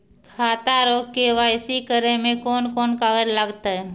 खाता रो के.वाइ.सी करै मे कोन कोन कागज लागतै?